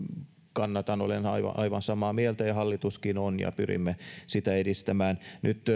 kannatan olen aivan aivan samaa mieltä ja hallituskin on ja pyrimme sitä edistämään nyt